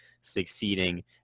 succeeding